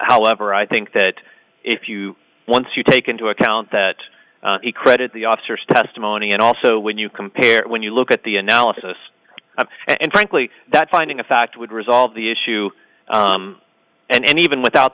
however i think that if you once you take into account that he credit the officers testimony and also when you compare when you look at the analysis and frankly that finding of fact would resolve the issue and even without